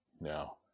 no